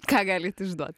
ką galit išduot